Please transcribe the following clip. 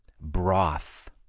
Broth